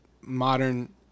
modern